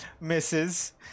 Misses